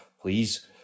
please